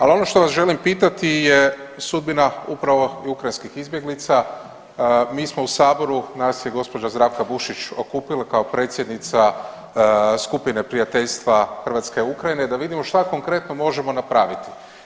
Ali ono što vas želim pitati je sudbina upravo ukrajinskih izbjeglica, mi smo u saboru, nas je gospođa Zdravka Bušić okupila kao predsjednica skupine prijateljstva Hrvatske- Ukrajine da vidimo šta konkretno možemo napraviti.